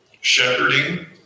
Shepherding